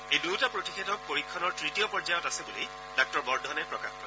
এই দুয়োটা প্ৰতিষেধক পৰীক্ষণৰ তৃতীয় পৰ্যয়ত আছে বুলি ডাঃ বৰ্ধনে প্ৰকাশ কৰে